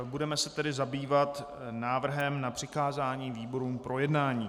Budeme se tedy zabývat návrhem na přikázání výborům k projednání.